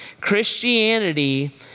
Christianity